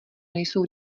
nejsou